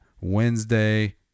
Wednesday